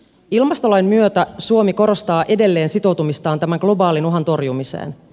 ilmastolain myötä suomi korostaa edelleen sitoutumistaan tämän globaalin uhan torjumiseen